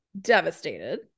devastated